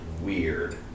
weird